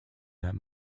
that